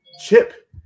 Chip